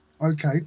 Okay